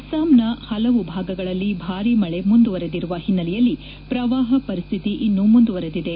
ಅಸ್ಪಾಂನ ಹಲವು ಭಾಗಗಳಲ್ಲಿ ಭಾರೀ ಮಳೆ ಮುಂದುವರೆದಿರುವ ಹಿನ್ನೆಲೆಯಲ್ಲಿ ಪ್ರವಾಹ ಪರಿಸ್ತಿತಿ ಇನ್ತೂ ಮುಂದುವರೆದಿದೆ